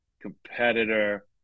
competitor